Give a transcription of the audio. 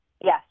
Yes